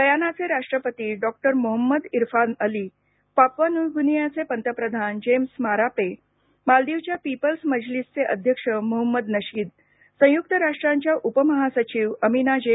गयानाचे राष्ट्रपती डॉ Mohamed Irfaan अलीपापुआ न्यू गिनी चे पंतप्रधान जेम्स मारापे मालदीवच्या पीपल्स मजलिसचे अध्यक्ष मोहम्मद नशीदसंयुक्त राष्ट्राच्या उपमहासचिव अमिना जे